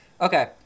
Okay